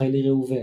רחלי ראובן.